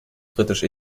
britisch